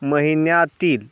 महिन्यातील